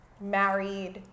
married